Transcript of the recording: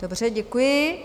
Dobře, děkuji.